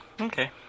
Okay